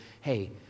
Hey